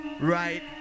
Right